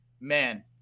man